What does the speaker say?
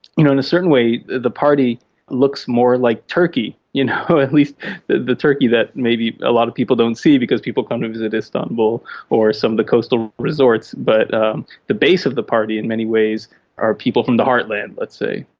you know in a certain way, the party looks more like turkey, you know, at least the the turkey that maybe a lot of people don't see, because people come to visit istanbul or some of the coastal resorts. but the base of the party in many ways are people from the heartland, let's say.